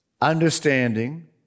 understanding